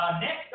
Next